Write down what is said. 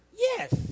Yes